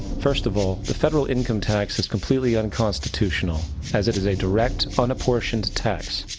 first of all, the federal income tax is completely unconstitutional, as it is a direct, unapportioned tax.